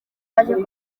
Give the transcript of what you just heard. kandi